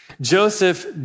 Joseph